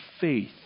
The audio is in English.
faith